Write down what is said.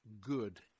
good